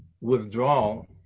withdrawal